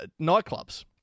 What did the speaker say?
nightclubs